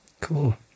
cool